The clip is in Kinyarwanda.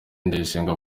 ndayisenga